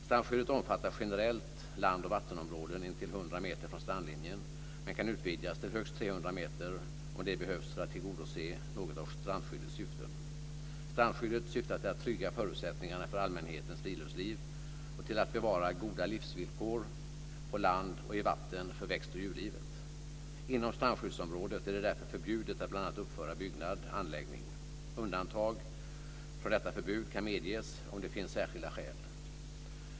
Strandskyddet omfattar generellt land och vattenområde intill 100 meter från strandlinjen men kan utvidgas till högst 300 meter om det behövs för att tillgodose något av strandskyddets syften. Strandskyddet syftar till att trygga förutsättningarna för allmänhetens friluftsliv och till att bevara goda livsvillkor på land och i vatten för växt och djurlivet. Inom strandskyddsområdet är det därför förbjudet att bl.a. uppföra ny byggnad eller anläggning. Undantag från detta förbud kan medges om det finns särskilda skäl.